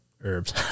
Herbs